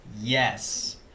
Yes